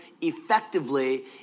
effectively